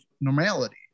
normality